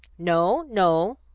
no, no,